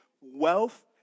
wealth